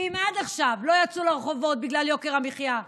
ואם עד עכשיו לא יצאו לרחובות בגלל יוקר המחיה,